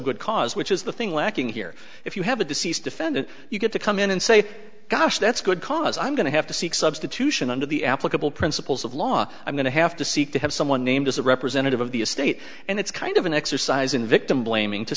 good cause which is the thing lacking here if you have a deceased defendant you get to come in and say gosh that's good cause i'm going to have to seek substitution under the applicable principles of law i'm going to have to seek to have someone named as a representative of the estate and it's kind of an exercise in victim blaming to